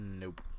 Nope